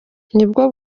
bwo